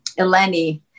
eleni